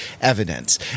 evidence